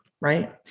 right